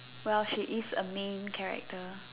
well she is a main character